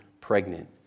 pregnant